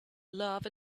love